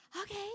okay